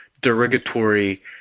derogatory